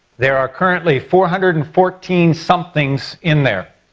there are currently four hundred and fourteen somethings in there.